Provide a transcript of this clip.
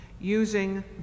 using